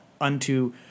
unto